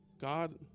God